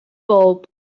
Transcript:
bulb